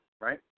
right